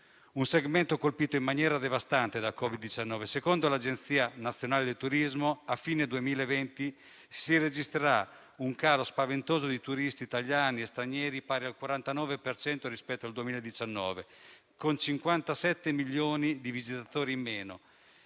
Un segmento colpito in maniera devastante dal Covid-19; secondo l'Agenzia nazionale del turismo a fine 2020 si registrerà un calo spaventoso di turisti italiani e stranieri pari al 49 per cento rispetto al 2019, con 57 milioni di visitatori in meno